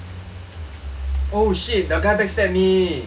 oh shit the guy backstab me